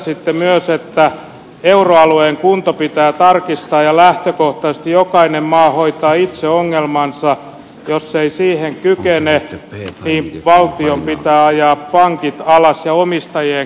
totesitte myös että euroalueen kunto pitää tarkistaa ja lähtökohtaisesti jokainen maa hoitaa itse ongelmansa ja että jos ei siihen kykene valtion pitää ajaa pankit alas ja omistajien kärsiä tappiot